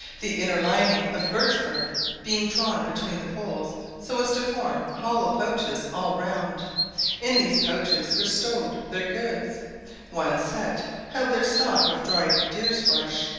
the inner lining of birch-bark being drawn between the poles so as to form hollow pouches all round in these pouches were stowed their goods one set held their stock of dried deer's flesh,